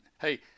hey